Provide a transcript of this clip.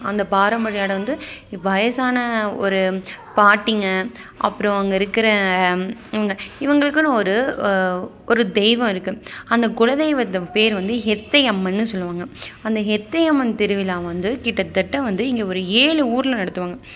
அந்த பாரம்பரியம் ஆடை வந்து இப்போ வயதான ஒரு பாட்டிங்க அப்புறம் அங்கே இருக்கிற இவங்க இவங்களுக்குன்னு ஒரு ஒரு தெய்வம் இருக்குது அந்த குலதெய்வத்தை பேர் வந்து ஹெத்தை அம்மன்னு சொல்லுவாங்க அந்த ஹெத்தை அம்மன் திருவிழா வந்து கிட்டத்தட்ட வந்து இங்கே ஒரு ஏழு ஊரில் நடத்துவாங்க